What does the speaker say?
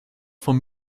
vom